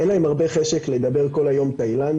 אין להם הרבה חשק לדבר כל היום תאילנדית,